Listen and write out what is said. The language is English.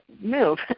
move